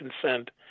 consent